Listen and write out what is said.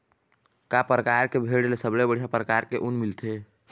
का परकार के भेड़ ले सबले बढ़िया परकार म ऊन मिलथे?